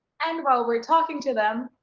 and while we're talking to them,